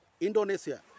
Indonesia